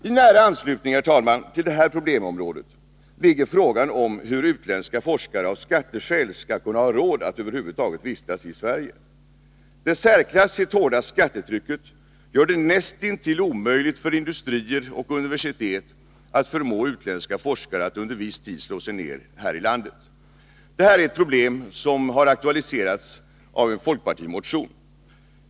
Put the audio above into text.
I nära anslutning, herr talman, till detta problemområde ligger frågan om hur utländska forskare skall kunna ha råd att vistas i Sverige, med hänsyn till skatteskäl. Det särklassigt hårda skattetrycket gör det näst intill omöjligt för industrier och universitet att förmå utländska forskare att under viss tid slå sig ned här i landet. Detta är ett problem som aktualiserats av en folkpartimotion.